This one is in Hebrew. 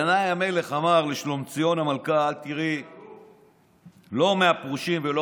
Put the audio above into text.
ינאי המלך אמר לשלומציון המלכה: אל תיראי לא מהפרושים ולא